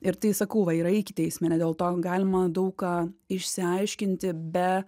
ir tai sakau va yra ikiteisminė dėl to galima daug ką išsiaiškinti be